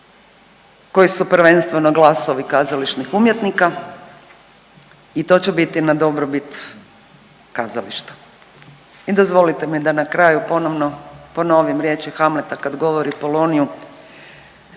koji su prvenstveno glasovi kazališnih umjetnika i to će biti na dobrobit kazališta. I dozvolite mi da na kraju ponovno ponovim riječi Hamleta kad govori Poloniju.